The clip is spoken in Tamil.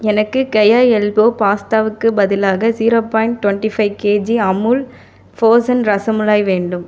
எனக்கு கேயா எல்போ பாஸ்தாவுக்கு பதிலாக zero point twenty five kg Amul frozen rasmalai வேண்டும்